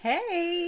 Hey